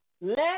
Let